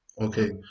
okay